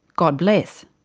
god bless.